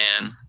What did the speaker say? man